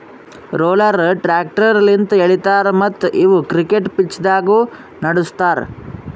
roller tractor ಲಿಂತ್ ಎಳಿತಾರ ಮತ್ತ್ ಇವು ಕ್ರಿಕೆಟ್ ಪಿಚ್ದಾಗ್ನು ನಡುಸ್ತಾರ್